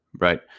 right